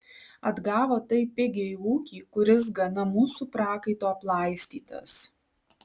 atgavo taip pigiai ūkį kuris gana mūsų prakaitu aplaistytas